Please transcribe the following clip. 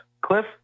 cliff